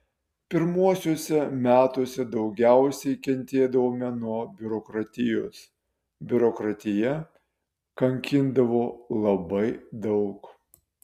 pirmuosiuose metuose daugiausiai kentėdavome nuo biurokratijos biurokratija kankindavo labai daug